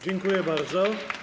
Dziękuję bardzo.